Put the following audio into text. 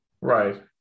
right